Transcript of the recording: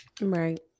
Right